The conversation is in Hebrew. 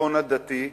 תיכון דתי,